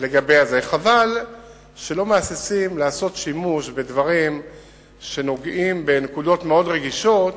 חבל שלא מהססים לעשות שימוש בדברים שנוגעים בנקודות מאוד רגישות